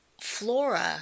flora